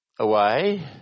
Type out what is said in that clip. away